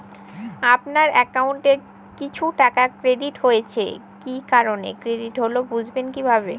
আপনার অ্যাকাউন্ট এ কিছু টাকা ক্রেডিট হয়েছে কি কারণে ক্রেডিট হল বুঝবেন কিভাবে?